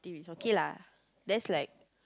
is okay lah that's like